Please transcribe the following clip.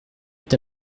est